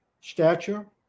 stature